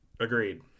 Agreed